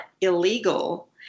illegal